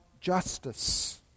justice